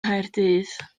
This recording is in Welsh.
nghaerdydd